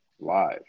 live